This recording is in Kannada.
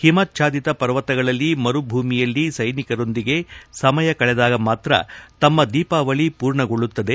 ಹಿಮಚ್ಟಾದಿತ ಪರ್ವತಗಳಲ್ಲಿ ಮರುಭೂಮಿಯಲ್ಲಿ ಸೈನಿಕರೊಂದಿಗೆ ಸಮಯ ಕಳೆದಾಗ ಮಾತ್ರ ತಮ್ಮ ದೀಪಾವಳಿ ಪೂರ್ಣಗೊಳ್ಳುತ್ತದೆ